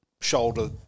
shoulder